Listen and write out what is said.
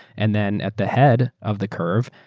and then, at the head of the curve,